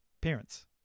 parents